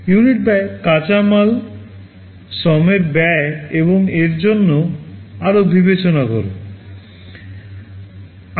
unit ব্যয় কাঁচামাল শ্রমের ব্যয় এবং এর জন্য আরও বিবেচনা করবে